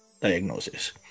diagnosis